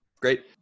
great